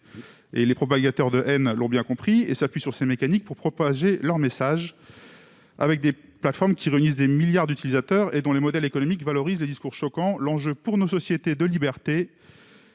Les propagateurs de haine l'ont bien compris et s'appuient sur ces mécaniques pour diffuser leurs messages. Face à ces plateformes, qui comptent des milliards d'utilisateurs et dont les modèles économiques valorisent les discours choquants, l'enjeu pour nos sociétés de liberté